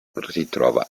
ritrova